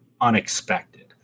unexpected